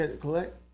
collect